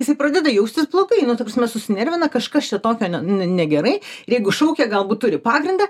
jisai pradeda jaustis blogai nu ta prasme susinervina kažkas čia tokio ne negerai jeigu šaukia galbūt turi pagrindą